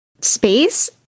space